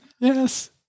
Yes